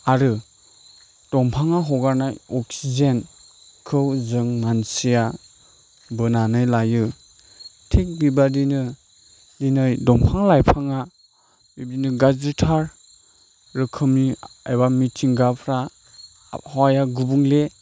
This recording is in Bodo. आरो दंफाङा हगारनाय अक्सिजेनखौ जों मानसिया बोनानै लायो थिग बेबादिनो दिनै दंफां लाइफाङा बिदिनो गाज्रिथार रोखोमनि एबा मिथिंगाफ्रा आबहावाया गुबुंले